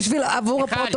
אחמד